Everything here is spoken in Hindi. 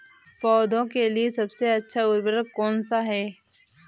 पौधों के लिए सबसे अच्छा उर्वरक कौनसा हैं?